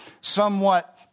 somewhat